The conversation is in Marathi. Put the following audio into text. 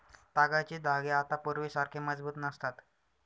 तागाचे धागे आता पूर्वीसारखे मजबूत नसतात